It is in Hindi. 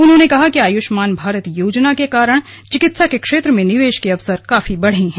उन्होंने कहा कि आयुष्मान भारत योजना के कारण चिकित्सा के क्षेत्र में निवेश के अवसर काफी बढ़े हैं